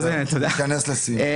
תתכנס לסיום.